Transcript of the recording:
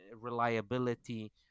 reliability